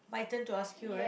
my turn to ask you right